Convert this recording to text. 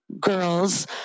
girls